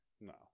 No